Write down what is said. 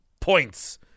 points